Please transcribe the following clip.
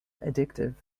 addictive